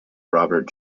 robert